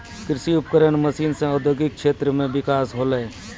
कृषि उपकरण मसीन सें औद्योगिक क्षेत्र म बिकास होलय